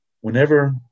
whenever